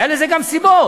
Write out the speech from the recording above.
היו לזה גם סיבות: